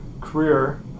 career